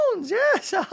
yes